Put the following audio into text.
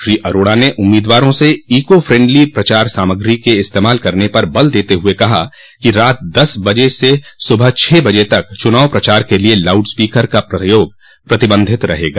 श्री अरोड़ा ने उम्मीदवारा से ईको फ्रेंडली प्रचार सामाग्री के इस्तेमाल करने पर बल देते हुये कहा कि रात दस बजे से सुबह छह बजे तक चुनाव प्रचार के लिये लाउडस्पीकर का प्रयोग प्रतिबंधित रहेगा